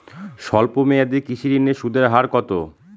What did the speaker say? স্বল্প মেয়াদী কৃষি ঋণের সুদের হার কত?